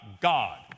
God